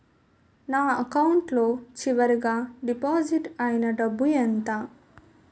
నా అకౌంట్ లో చివరిగా డిపాజిట్ ఐనా డబ్బు ఎంత?